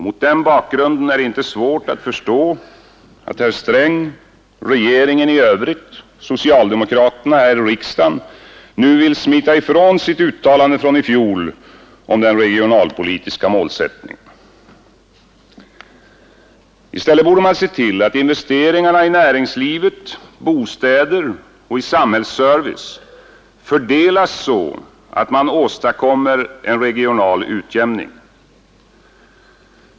Mot den bakgrunden är det inte svårt att förstå att herr Sträng, regeringen i övrigt och socialdemokraterna här i riksdagen nu vill smita från sitt uttalande från i fjol om den regionalpolitiska målsättningen. I stället borde man se till att investeringarna i näringslivet, bostäder och samhällsservice fördelas så att man åstadkommer en regional utjämning.